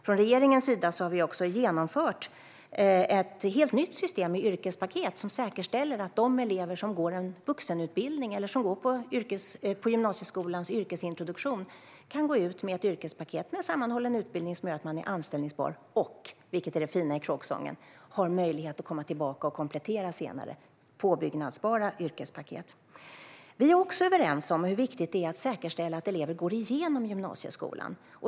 Från regeringens sida har vi genomfört ett helt nytt system med yrkespaket som säkerställer att de elever som går en vuxenutbildning eller går på gymnasieskolans yrkesintroduktion kan gå ut med ett yrkespaket med en sammanhållen utbildning som gör att de är anställbara och, vilket är det fina i kråksången, har möjlighet att komma tillbaka och komplettera senare. Det är påbyggnadsbara yrkespaket. Vi är också överens om hur viktigt det är att säkerställa att elever går igenom gymnasieskolan.